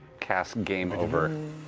cast game over.